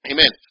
Amen